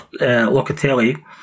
Locatelli